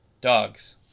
Dogs